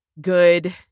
good